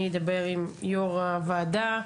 אני אדבר עם יו"ר הוועדה,